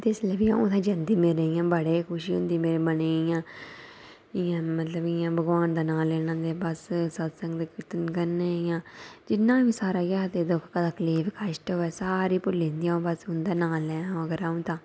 जिसलै बी अऊं उत्थै जंदी मेरे इयां बड़े खुशी होंदी मेरे मनै गी इयां इयां मतलब इयां भगवान दा नांऽ लैना ते बस सत्संग ते कीर्तन करने इयां जिन्ना बी सारा केह् आखदे दुख तकलीफ कश्ट होवै सारे भुल्ली जंदे बस उंदा नांऽ लैं अगर अंऊ तां